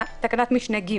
ההפגנה.